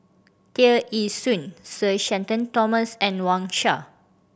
Tear Ee Soon Sir Shenton Thomas and Wang Sha